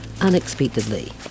unexpectedly